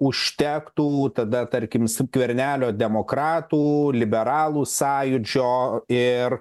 užtektų tada tarkim skvernelio demokratų liberalų sąjūdžio ir